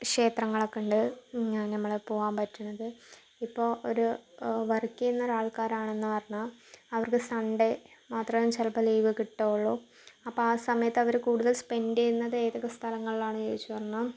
ക്ഷേത്രങ്ങളൊക്കെയുണ്ട് ഞമ്മള് പോകാൻ പറ്റണത് ഇപ്പോൾ ഒരു വർക്ക് ചെയ്യുന്ന ഒരാൾക്കാരാണെന്ന് പറഞ്ഞാൽ അവർക്ക് സൺഡേ മാത്രമെ ചിലപ്പം ലീവ് കിട്ടുകയുള്ളു അപ്പം ആ സമയത്ത് അവര് കൂടുതല് സ്പെൻറ്റ് ചെയ്യുന്നത് ഏതൊക്കെ സ്ഥലങ്ങളിലാണെന്ന് ചോദിച്ച് പറഞ്ഞാൽ